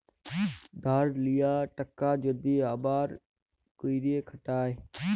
ধার লিয়া টাকা যদি আবার ক্যইরে খাটায়